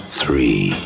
three